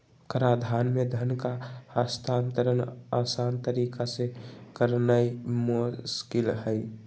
कराधान में धन का हस्तांतरण असान तरीका से करनाइ मोस्किल हइ